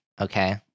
okay